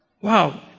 Wow